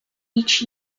each